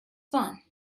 fun